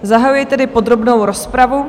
Zahajuji tedy podrobnou rozpravu.